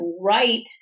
right